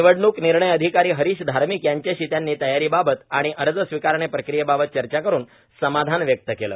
निवडणूक निणर्य अधिकारी हरीश धार्मिक यांच्याशी त्यांनी तयारी बाबत व अर्ज स्विकारणे प्रक्रिये बाबत चर्चा करुन समाधान व्यक्त केले